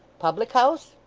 public-house?